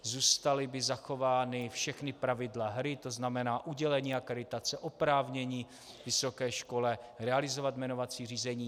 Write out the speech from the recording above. Zůstala by zachována všechna pravidla hry, tzn. udělení akreditace, oprávnění vysoké škole realizovat jmenovací řízení.